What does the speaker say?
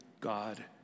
God